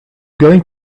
going